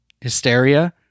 hysteria